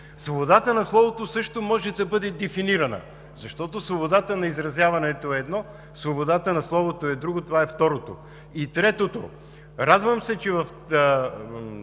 Свободата на словото също може да бъде дефинирана, защото свободата на изразяването е едно, свободата на словото е друго – това е второто. И третото. Радвам се, че в